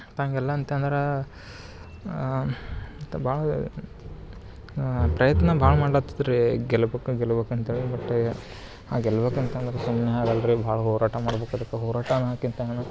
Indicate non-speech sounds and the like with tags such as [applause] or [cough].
ಅಂತಂಗೆಲ್ಲ ಅಂತಂದರೆ ಮತ್ತು ಭಾಳ [unintelligible] ಪ್ರಯತ್ನ ಭಾಳ್ ಮಾಡ್ಲತಿದ್ರಿ ಗೆಲ್ಲಬೇಕು ಗೆಲುಬೇಕು ಅಂತೇಳಿ ಬಟ್ ಗೆಲ್ಬೇಕಂತಂದರೆ ಸುಮ್ಮನೆ ಆಗಲ್ರಿ ಭಾಳ್ ಹೋರಾಟ ಮಾಡಬೇಕು ಅದುಕ ಹೋರಾಟ ಅನ್ನೋಕಿಂತ